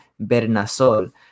Bernasol